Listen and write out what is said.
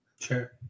Sure